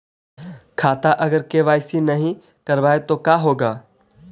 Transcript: खाता अगर के.वाई.सी नही करबाए तो का होगा?